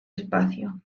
espacio